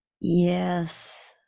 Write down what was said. Yes